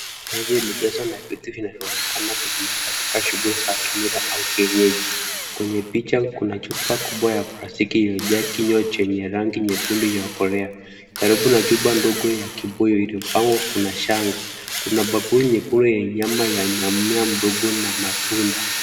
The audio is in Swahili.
Meza imejazwa na viti vinavyoonekana kutumiwa katika shughuli za kimila au kienyeji. Kwenye picha kuna chupa kubwa la plastiki iliyojaa kinywaji chenye rangi nyekundu inayokolea . Karibu na chupa ndogo ya kibuyu iliopangwa kuna shanga kuna bakuli yekundu yenye nyama ya nyam nyam mdogo na matunda.